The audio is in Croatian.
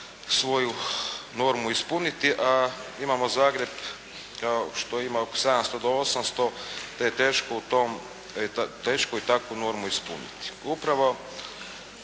svoju normu ispuniti, a imamo Zagreb kao što ima 700 do 800, te je teško u tom, teško je takvu normu ispuniti.